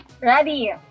Ready